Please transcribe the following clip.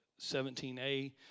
17a